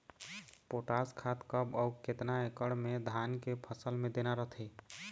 Potash खाद कब अऊ केतना एकड़ मे धान के फसल मे देना रथे?